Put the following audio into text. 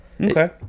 Okay